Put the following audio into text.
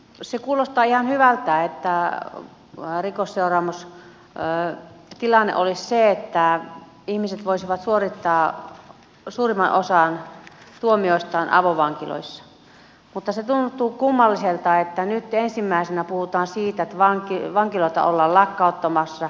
se kuulostaa ihan hyvältä että rikosseuraamustilanne olisi se että ihmiset voisivat suorittaa suurimman osan tuomioista avovankiloissa mutta se tuntuu kummalliselta että nyt ensimmäisenä puhutaan siitä että vankiloita ollaan lakkauttamassa